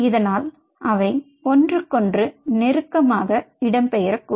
இதனால் அவை ஒன்றுக்கொன்று நெருக்கமாக இடம்பெயரக்கூடும்